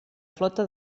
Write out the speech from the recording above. flota